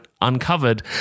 uncovered